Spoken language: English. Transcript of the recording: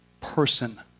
person